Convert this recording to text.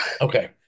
Okay